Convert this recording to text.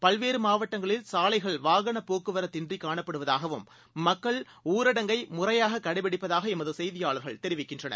பல்வேறுமாவட்டங்களில் சாலைகள் வாகனபோக்குவரத்து இன்றிகாணப்படுவதால் மக்கள் ஊரடங்கை முறையாககடைப்பிடிப்பதாகஎமதுசெய்தியாளர்கள் தெரிவிக்கின்றனர்